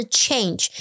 change